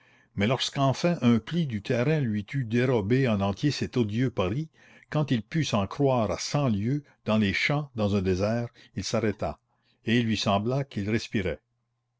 mais lorsque enfin un pli du terrain lui eut dérobé en entier cet odieux paris quand il put s'en croire à cent lieues dans les champs dans un désert il s'arrêta et il lui sembla qu'il respirait